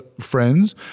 friends